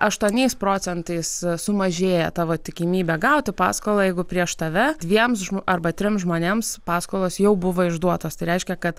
aštuoniais procentais sumažėja tavo tikimybę gauti paskolą jeigu prieš tave dviems arba trims žmonėms paskolos jau buvo išduotos tai reiškia kad